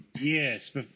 yes